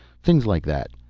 things like that.